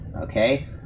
okay